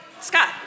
Scott